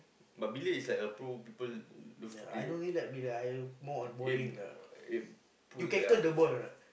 but billiard is like the pro people love to play eh eh pool yea